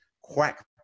Quack